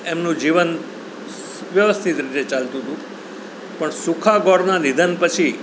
એમનું જીવન વ્યવસ્થિત રીતે ચાલતું તું પણ સૂખા ગોરના નિધન પછી